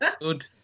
Good